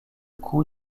coût